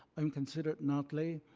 i'm considered natlee.